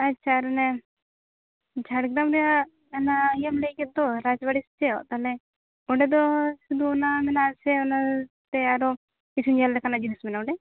ᱟᱪᱪᱷᱟ ᱢᱟᱱᱮ ᱡᱷᱟᱨᱜᱨᱟᱢ ᱨᱮᱭᱟ ᱚᱱᱮ ᱤᱭᱟᱹᱢ ᱞᱟᱹᱭ ᱠᱮᱫ ᱫᱚ ᱨᱟᱡᱽᱵᱟᱹᱲᱤ ᱛᱟᱦᱚᱞᱮ ᱚᱸᱰᱮ ᱫᱚ ᱥᱩᱫᱷᱩ ᱚᱱᱟ ᱢᱮᱱᱟ ᱟᱥᱮ ᱚᱱᱟ ᱥᱮ ᱧᱮᱞᱛᱮ ᱟᱨᱚ ᱠᱤᱪᱷᱩ ᱧᱮᱞ ᱞᱮᱠᱟᱱᱟᱜ ᱡᱤᱱᱤᱥ ᱢᱮᱱᱟᱜᱼᱟ ᱚᱸᱰᱮ